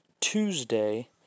Tuesday